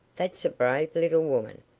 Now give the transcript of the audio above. that's a brave little woman.